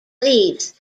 leaves